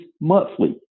monthly